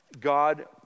God